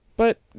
But